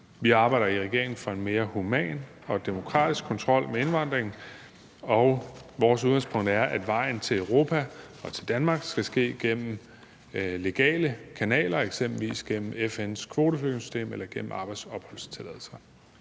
Vi arbejder i regeringen for en mere human og demokratisk kontrol med indvandringen, og vores udgangspunkt er, at vejen til Europa og til Danmark skal gå gennem legale kanaler, eksempelvis gennem FN's kvoteflygtningesystem eller gennem arbejdsopholdstilladelser.